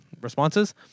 responses